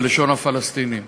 בלשון הפלסטינים.